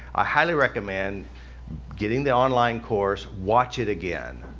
i highly recommend getting the online course watch it again.